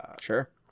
Sure